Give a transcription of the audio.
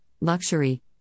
luxury